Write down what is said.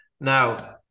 Now